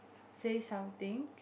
say something